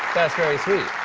very sweet.